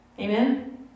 Amen